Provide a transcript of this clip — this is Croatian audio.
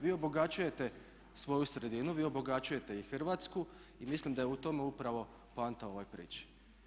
Vi obogaćujete svoju sredinu, vi obogaćujete i Hrvatsku i mislim da je u tome upravo poanta ove priče.